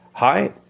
Hi